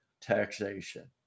Taxation